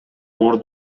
оор